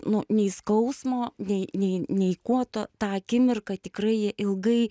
nu nei skausmo nei nei nei nei kuo to tą akimirką tikrai ilgai